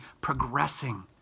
progressing